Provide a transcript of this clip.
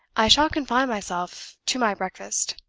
i shall confine myself to my breakfast.